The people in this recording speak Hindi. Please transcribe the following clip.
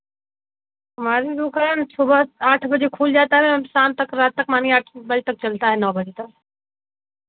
हमारी दुकान सुबह आठ बजे खुल जाता है और शाम तक रात तक मानिए आठ बजे तक चलता है नौ बजे तक